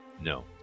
No